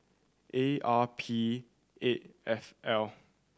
A R P eight F L